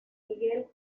miguel